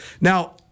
Now